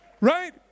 right